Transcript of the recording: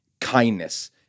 kindness